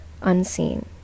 unseen